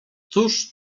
cóż